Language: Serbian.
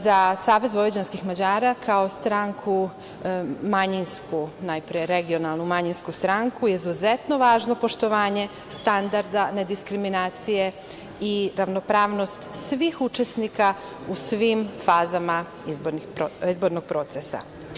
Za Savez vojvođanskih Mađara kao stranku manjinsku, najpre regionalnu manjinsku stranku, izuzetno je važno poštovanje standarda nediskriminacije i ravnopravnost svih učesnika u svim fazama izbornog procesa.